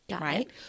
right